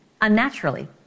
Unnaturally